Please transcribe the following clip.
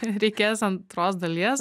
reikės antros dalies